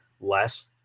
less